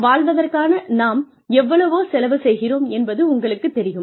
வாழ்வதற்கான நாம் எவ்வளவோ செலவு செய்கிறோம் என்பது உங்களுக்குத் தெரியும்